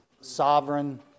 sovereign